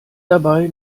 dabei